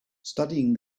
studying